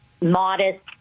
modest